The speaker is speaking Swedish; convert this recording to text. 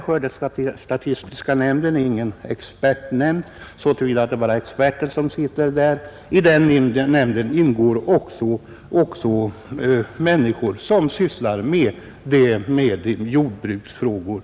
Skördestatistiska nämnden är ingen expertnämnd så till vida att bara experter sitter där; i nämnden ingår också människor som i sin näringsutövning sysslar med jordbruksfrågor.